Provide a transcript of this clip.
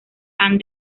han